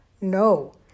No